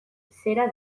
zera